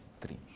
three